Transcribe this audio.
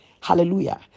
Hallelujah